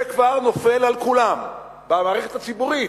זה כבר נופל על כולם במערכת הציבורית.